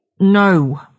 No